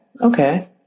Okay